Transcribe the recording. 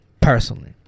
personally